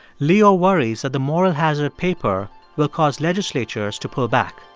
leo worries that the moral hazard paper will cause legislatures to pull back